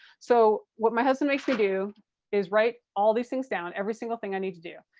so what my husband makes me do is write all these things down, every single thing i need to do,